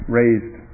raised